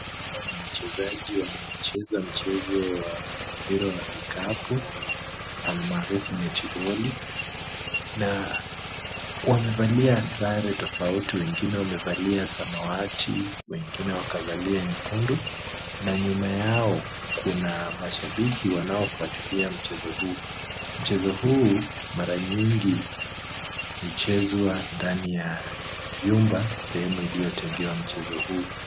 Hawa ni wachezaji wanaochezo mchezo wa mpira wa vikapu almaarufu neti boli, na wamevalia sare tofauti. Wengine wamevalia samawati, wengine wakavalia nyekundu na nyuma yao kuna mashabiki wanaofuatilia mchezo huu. Mchezo huu mara mingi huchzwa ndani ya vyumba, sehemu iliyotengewa mchezo huu.